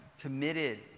committed